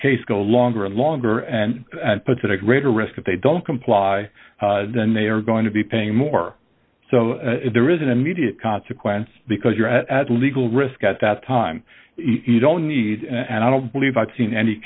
case go longer and longer and puts in a greater risk if they don't comply then they are going to be paying more so there is an immediate consequence because you're at legal risk at that time you don't need and i don't believe i've seen any